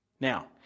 Now